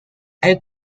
elle